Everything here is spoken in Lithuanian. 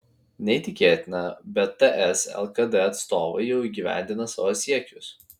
neįtikėtina bet ts lkd atstovai jau įgyvendina savo siekius